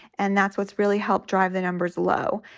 and that's what's really helped drive the numbers low.